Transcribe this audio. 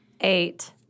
Eight